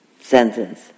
sentence